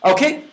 Okay